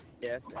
Yes